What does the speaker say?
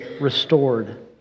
restored